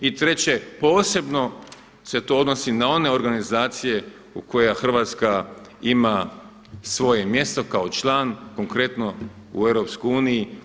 I treće, posebno se to odnosi na one organizacije u kojima Hrvatska ima svoje mjesto kao član, konkretno u Europskoj uniji.